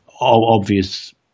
obvious